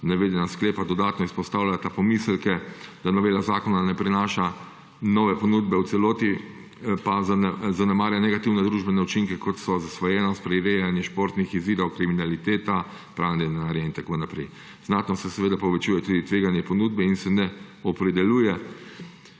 navedena sklepa dodatno izpostavljata pomisleke, da novela zakona ne prinaša nove ponudbe, v celoti pa zanemarja negativne družbene učinke, kot so zasvojenost, prirejanje športnih izzivov, kriminaliteta, pranje denarja in tako naprej. Znatno se povečuje tudi tvegane ponudbe in se ne opredeljuje